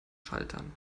schaltern